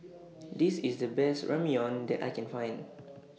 This IS The Best Ramyeon that I Can Find